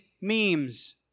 memes